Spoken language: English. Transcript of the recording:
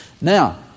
Now